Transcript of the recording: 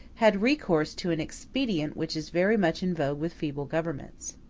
had recourse to an expedient which is very much in vogue with feeble governments.